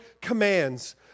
commands